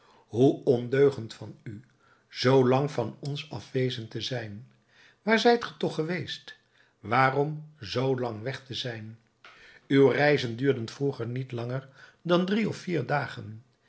hoe ondeugend van u zoo lang van ons afwezend te zijn waar zijt ge toch geweest waarom zoo lang weg te zijn uw reizen duurden vroeger niet langer dan drie of vier dagen